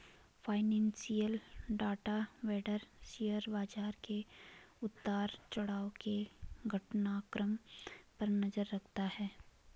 financial data vendor share बाजार के उतार चढ़ाव के घटनाक्रम पर नजर रखता है